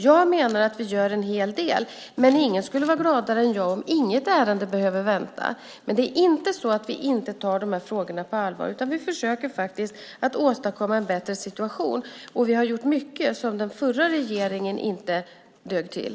Jag menar att vi gör en hel del, men ingen skulle vara gladare än jag om inget ärende behövde vänta. Det är inte så att vi inte tar de här frågorna på allvar, utan vi försöker faktiskt åstadkomma en bättre situation, och vi har gjort mycket som den förra regeringen inte dög till.